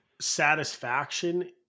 satisfaction